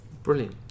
Brilliant